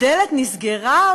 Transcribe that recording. הדלת נסגרה?